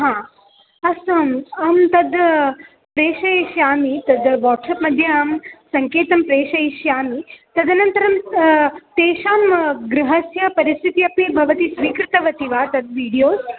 हा अस्तु अहं तद् प्रेषयिष्यामि तद् वाट्सप् मध्ये अहं सङ्केतं प्रेषयिष्यामि तदनन्तरं तेषां गृहस्य परिस्थितिः अपि भवती स्वीकृतवती वा तद् वीडियोस्